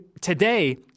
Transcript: today